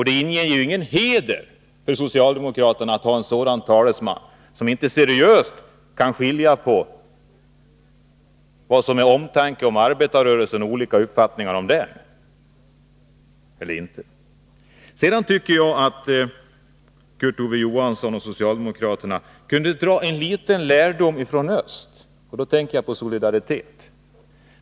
Det är inte hedrande för socialdemokraterna att ha en talesman som inte seriöst kan skilja på vad som är uttryck för omtanke om arbetarrörelsen och uppfattningar som inte är det. Sedan tycker jag att Kurt Ove Johansson och socialdemokraterna kunde ta litet lärdom från öst. Jag tänker då på Solidaritet.